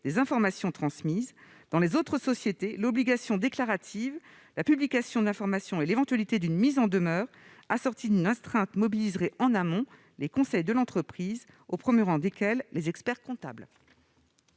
des informations transmises. Dans les autres sociétés, l'obligation déclarative, la publication de l'information et l'éventualité d'une mise en demeure assortie d'une astreinte mobilisent en amont les conseils de l'entreprise, au premier rang desquels les experts-comptables.